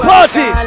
Party